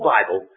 Bible